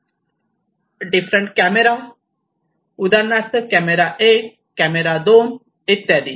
different camera उदाहरणार्थ camera 1 camera 2 इत्यादी